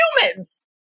humans